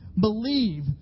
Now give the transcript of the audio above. believe